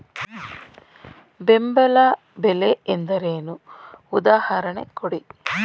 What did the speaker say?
ಬೆಂಬಲ ಬೆಲೆ ಎಂದರೇನು, ಉದಾಹರಣೆ ಕೊಡಿ?